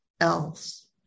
else